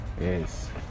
Yes